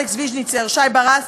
אלכס ויז'ניצר ושי ברס,